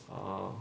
ah